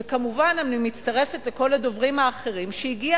וכמובן אני מצטרפת לכל הדוברים האחרים בכך שהגיע